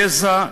יזע,